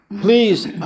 Please